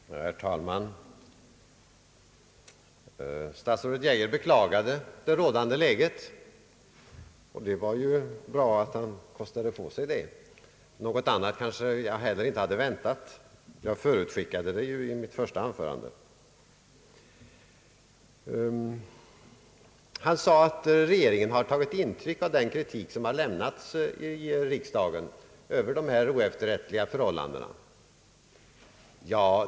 Herr talman! Statsrådet Geijer beklagade det rådande läget, och det var ju bra att han kostade på sig att göra det. Jag hade kanske inte heller väntat mig något annat, det förutskickade jag i mitt första anförande. Statsrådet Geijer omtalade att regeringen hade tagit intryck av den kritik som har framförts i riksdagen över dessa oefterrättliga förhållanden.